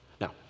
Now